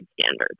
standards